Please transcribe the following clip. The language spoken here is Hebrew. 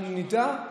אנחנו נדע,